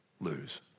lose